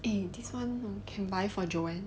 eh this [one] can buy for joanne